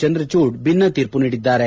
ಚಂದ್ರಚೂಡ್ ಭಿನ್ನ ತೀರ್ಮ ನೀಡಿದ್ದಾರೆ